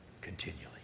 continually